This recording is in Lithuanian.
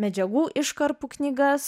medžiagų iškarpų knygas